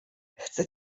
chcę